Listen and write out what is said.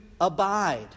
abide